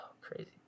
crazy